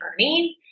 earning